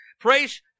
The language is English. Praise